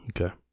Okay